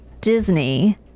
Disney